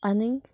आनी